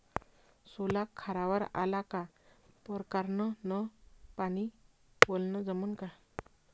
सोला खारावर आला का परकारं न पानी वलनं जमन का?